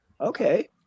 Okay